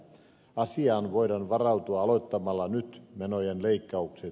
asiaan voidaan varautua aloittamalla nyt menojen leikkaukset